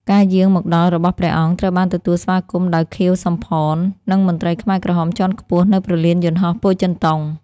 ការយាងមកដល់របស់ព្រះអង្គ ត្រូវបានទទួលស្វាគមន៍ដោយ ខៀវ សំផន និងមន្ត្រីខ្មែរក្រហមជាន់ខ្ពស់នៅព្រលានយន្តហោះពោធិ៍ចិនតុង។